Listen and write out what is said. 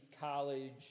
college